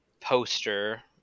poster